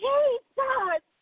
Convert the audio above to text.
Jesus